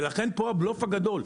ולכן, פה הבלוף הגדול.